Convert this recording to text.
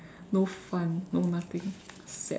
no fun no nothing sad